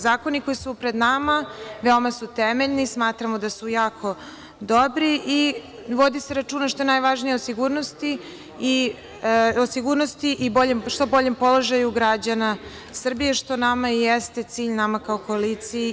Zakoni koji su pred nama veoma su temeljni, smatramo da su jako dobri i vodi se računa, što je najvažnije, o sigurnosti i što boljem položaju građana Srbije, što nama i jeste cilj, nama kao koaliciji.